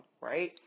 right